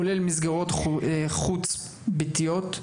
כולל במסגרות חוץ- ביתיות.